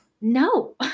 no